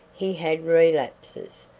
he had relapses,